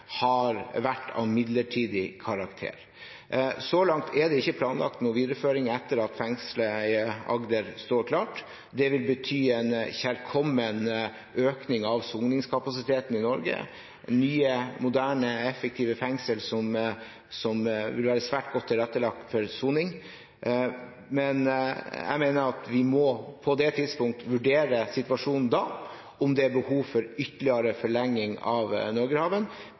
har vært av midlertidig karakter. Så langt er det ikke planlagt noen videreføring etter at fengslet i Agder står klart. Det vil bety en kjærkommen økning av soningskapasiteten i Norge – nytt, moderne, effektivt fengsel, som vil være svært godt tilrettelagt for soning. Jeg mener at vi på det tidspunktet må vurdere situasjonen, om det er behov for ytterligere forlenging av Norgerhaven.